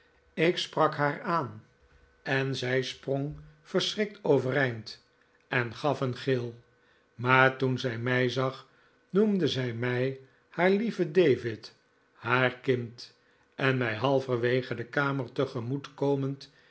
ik sprak haar aan en zij sprong verschrikt overeind en gaf een gil maar toen zij mij zag noemde zij mij haar lieve david haar kind en mij halverwege de kamer tegemoet komend